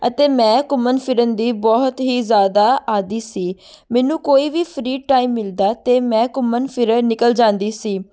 ਅਤੇ ਮੈਂ ਘੁੰਮਣ ਫਿਰਨ ਦੀ ਬਹੁਤ ਹੀ ਜ਼ਿਆਦਾ ਆਦੀ ਸੀ ਮੈਨੂੰ ਕੋਈ ਵੀ ਫਰੀ ਟਾਈਮ ਮਿਲਦਾ ਤਾਂ ਮੈਂ ਘੁੰਮਣ ਫਿਰਨ ਨਿਕਲ ਜਾਂਦੀ ਸੀ